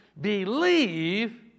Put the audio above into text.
believe